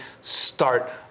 start